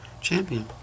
champion